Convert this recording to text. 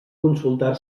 consultar